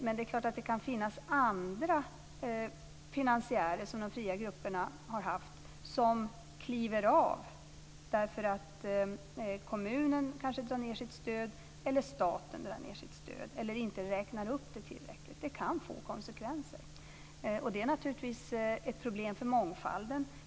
Men det är klart att det kan finnas andra finansiärer som de fria grupperna har haft som kliver av därför att kommunen eller staten drar ned på sitt stöd respektive inte räknar upp det tillräckligt. Detta kan få konsekvenser, och det är naturligtvis ett problem när det gäller mångfalden.